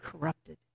corrupted